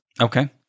Okay